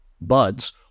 buds